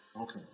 Okay